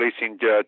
releasing